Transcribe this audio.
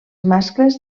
mascles